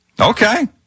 Okay